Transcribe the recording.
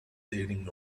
sitting